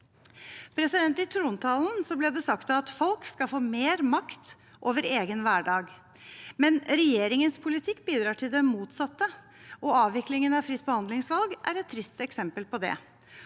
igjen. I trontalen ble det sagt at folk skal få mer makt over egen hverdag. Men regjeringens politikk bidrar til det motsatte. Avviklingen av fritt behandlingsvalg er et trist eksempel på det.